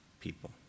people